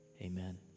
amen